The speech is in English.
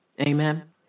Amen